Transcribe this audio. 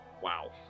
wow